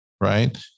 right